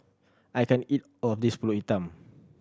I can't eat of this Pulut Hitam